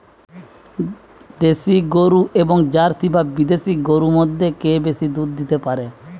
দেশী গরু এবং জার্সি বা বিদেশি গরু মধ্যে কে বেশি দুধ দিতে পারে?